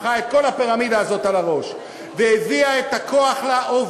הפכה את כל הפירמידה הזאת על הראש והביאה את הכוח לעובדים.